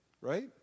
Right